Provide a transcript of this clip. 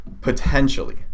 Potentially